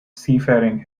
seafaring